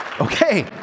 Okay